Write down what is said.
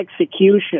execution